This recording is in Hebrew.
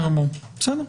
בסדר.